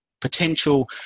potential